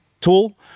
tool